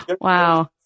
Wow